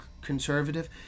conservative